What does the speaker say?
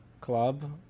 club